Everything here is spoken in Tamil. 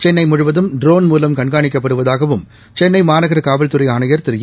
சென்னை முழுவதும் ட்ரோன் மூலம் கண்காணிக்கப்படுவதாகவும் சென்னை மாநகர காவல்துறை ஆணையர் திரு ஏ